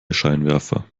scheinwerfer